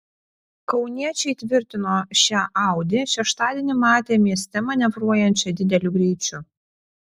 kauniečiai tvirtino šią audi šeštadienį matę mieste manevruojančią dideliu greičiu